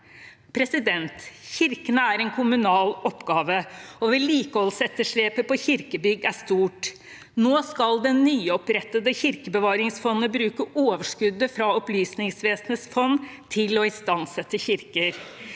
landet. Kirkene er en kommunal oppgave, og vedlikeholdsetterslepet på kirkebygg er stort. Nå skal det nyopprettede kirkebevaringsfondet bruke overskuddet fra Opplysningsvesenets fond til å istandsette kirker.